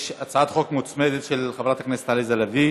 יש הצעת חוק מוצמדת, של חברת הכנסת עליזה לביא.